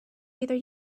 either